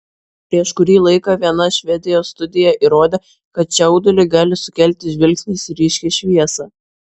prieš kurį laiką viena švedijos studija įrodė kad čiaudulį gali sukelti žvilgsnis į ryškią šviesą